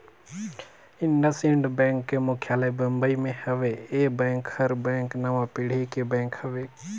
IndusInd bank के मुख्यालय बंबई मे हेवे, ये बेंक हर भारतीय नांवा पीढ़ी के बेंक हवे